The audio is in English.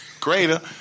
Greater